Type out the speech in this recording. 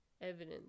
evidence